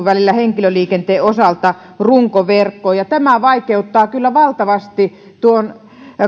välillä henkilöliikenteen osalta runkoverkkoon ja tämä vaikeuttaa kyllä valtavasti tuon